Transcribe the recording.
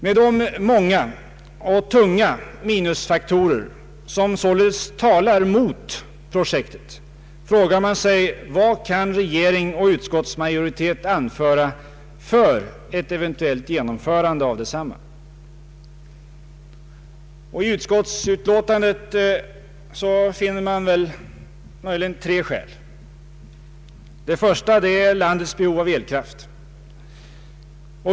Med de många och tunga minusfaktorer som således talar mot projektet frågar man sig: Vad kan regering och utskottsmajoritet anföra för ett eventuellt genomförande av detsamma? I utskottsutlåtandet anföres tre skäl. Det första är landets behov av elkraft.